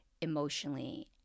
emotionally